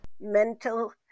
mental